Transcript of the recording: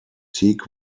teak